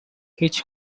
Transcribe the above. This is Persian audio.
هیچ